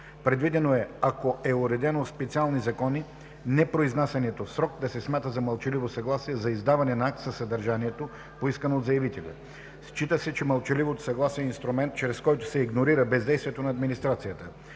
Предвидено е, ако е уредено в специални закони, непроизнасянето в срок да се смята за мълчаливо съгласие за издаване на акт със съдържанието, поискано от заявителя. Счита се, че мълчаливото съгласие е инструмент, чрез който се игнорира бездействието на администрацията.